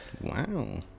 Wow